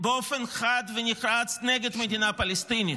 באופן חד ונחרץ, נגד מדינה פלסטינית,